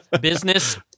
business